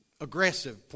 aggressive